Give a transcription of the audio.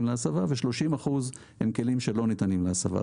להסבה ו-30% הם כלים שלא ניתנים להסבה.